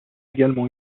également